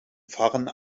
fahren